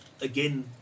Again